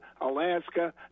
Alaska